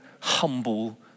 humble